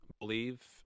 believe